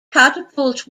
catapult